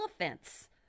elephants